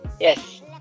Yes